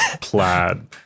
plaid